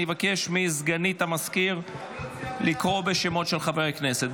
אני אבקש מסגנית המזכיר לקרוא בשמות חברי הכנסת.